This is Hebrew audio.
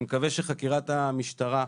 אני מקווה שחקירת המשטרה,